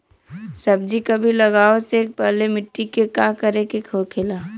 सब्जी कभी लगाओ से पहले मिट्टी के का करे के होखे ला?